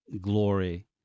glory